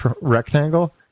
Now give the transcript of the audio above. rectangle